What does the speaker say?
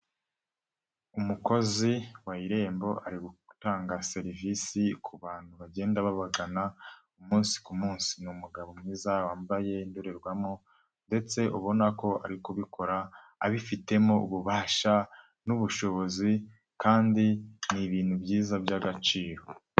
umukozi wa irembo ari gutanga serivisi ku bantu bagenda babagana, umunsi ku munsi, ni umugabo mwiza wambaye indorerwamo ndetse ubona ko ari kubikora abifitemo ububasha n'ubushobozi kandi ni ibintuintu byiza by'agaciro.